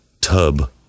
tub